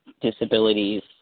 disabilities